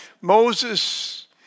Moses